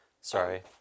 Sorry